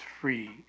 free